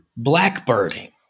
Blackbirding